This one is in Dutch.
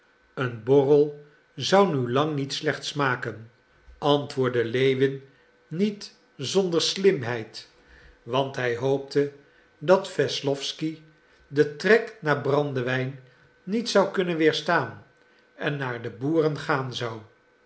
een borrel zou nu lang niet slecht smaken antwoordde lewin niet zonder slimheid want hij hoopte dat wesslowsky den trek naar brandewijn niet zou kunnnen weerstaan en naar de boeren gaan zou